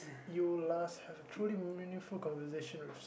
you last have a truly meaningful conversation with